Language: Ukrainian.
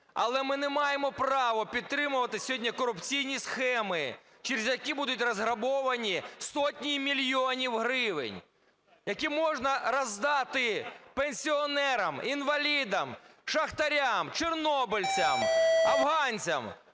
Але ми не маємо право підтримувати сьогодні корупційні схеми, через які будуть розграбовані сотні мільйонів гривень, які можна роздати пенсіонерам, інвалідам, шахтарям, чорнобильцям, афганцям.